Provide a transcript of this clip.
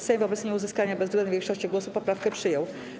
Sejm wobec nieuzyskania bezwzględnej większości głosów poprawkę przyjął.